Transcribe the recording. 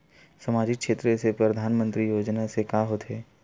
सामजिक क्षेत्र से परधानमंतरी योजना से का होथे?